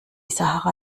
sahara